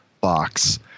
box